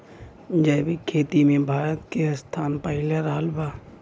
जैविक खेती मे भारत के स्थान पहिला रहल बा